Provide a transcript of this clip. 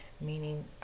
Meaning